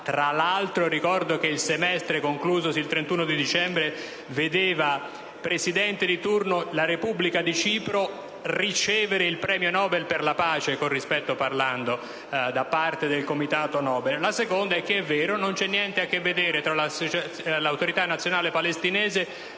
Tra l'altro, ricordo che il semestre conclusosi il 31 dicembre vedeva presidente di turno la Repubblica di Cipro ricevere il premio Nobel per la pace, con rispetto parlando, da parte del comitato Nobel. In secondo luogo, è vero: non c'è niente a che vedere tra l'Autorità nazionale palestinese